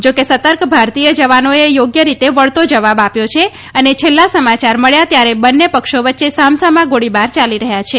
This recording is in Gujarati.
જાકે સતર્ક ભારતીય જવાનોએ યોગ્ય રીતે વળતો જવાબ આપ્યો છે અને છેલ્લા સમાચાર મળ્યા ત્યારે બંને પક્ષો વચ્ચે સામસામા ગોળીબાર યાલી રહ્યા છે